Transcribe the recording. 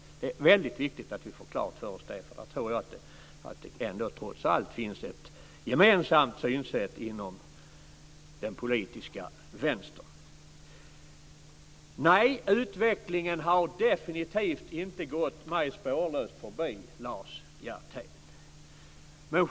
Det är viktigt att vi får det klart för oss. Trots allt tror jag att det finns ett gemensamt synsätt inom den politiska vänstern. Nej, utvecklingen har definitivt inte gått mig spårlöst förbi, Lars Hjertén!